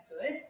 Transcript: good